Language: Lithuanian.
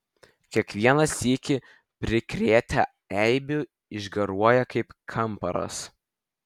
kiekvieną sykį prikrėtę eibių išgaruoja kaip kamparas